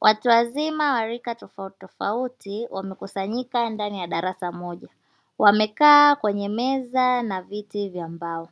Watu wazima wa rika tofautitofauti wamekusanyika ndani ya darasa moja, wamekaa kwenye meza na viti vya mbao,